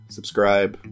Subscribe